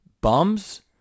bums